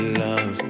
love